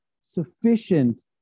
sufficient